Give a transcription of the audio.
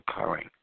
occurring